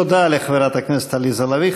תודה לחברת הכנסת עליזה לביא.